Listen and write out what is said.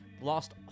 lost